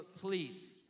please